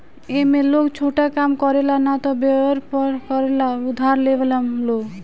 ए में लोग छोटा काम करे ला न त वयपर करे ला उधार लेवेला लोग